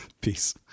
Peace